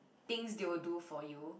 things they will do for you